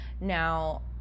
Now